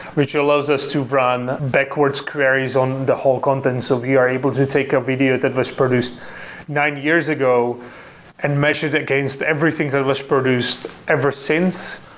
which allows us to run backwards queries on the whole contents, we are able to take a video that was produced nine years ago and measure it against everything that was produced ever since,